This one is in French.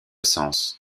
sens